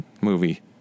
movie